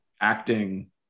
acting